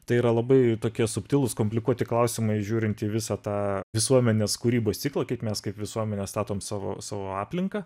tai yra labai tokie subtilūs komplikuoti klausimai žiūrint į visą tą visuomenės kūrybos ciklą kaip mes kaip visuomenė statom savo savo aplinką